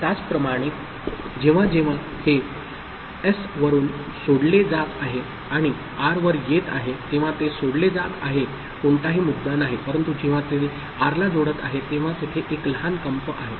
त्याचप्रमाणे जेव्हा जेव्हा हे एस वरुन सोडले जात आहे आणि आर वर येत आहे तेव्हा ते सोडले जात आहे कोणताही मुद्दा नाही परंतु जेव्हा ते आरला जोडत आहे तेव्हा तेथे एक लहान कंप आहे